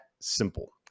simple